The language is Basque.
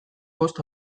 bost